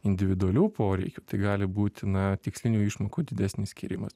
individualių poreikių tai gali būti na tikslinių išmokų didesnis skyrimas